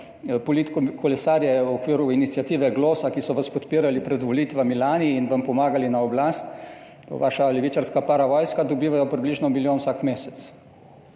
politiko kolesarjev v okviru iniciative Glosa, ki so vas podpirali pred volitvami lani in vam pomagali na oblast, vaša levičarska paravojska dobiva približno milijon vsak mesec,